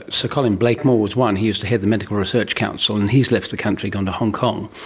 sir colin blakemore was one, he used to head the medical research council and he has left the country, gone to hong kong,